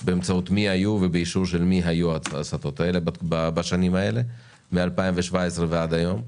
באמצעות מי היו ובאישור של מי היו ההסטות האלה בשנים מ-2017 ועד היום?